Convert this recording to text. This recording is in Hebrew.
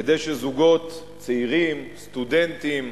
כדי שזוגות צעירים, סטודנטים,